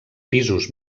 pisos